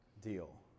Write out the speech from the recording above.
deal